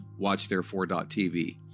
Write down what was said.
watchtherefore.tv